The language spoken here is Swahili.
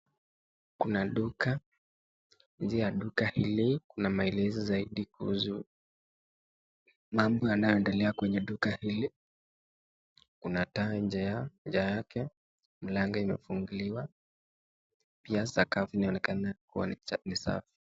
Kuna duka, nje ya duka hili kuna maelezo zaidi kuhusu mambo yanayo endelea kwenye duka hili. Kuna taa nje yake, mlango imefunguliwa pia sakafu inaonekana kuwa ni safi.